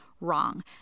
wrong